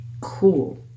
Cool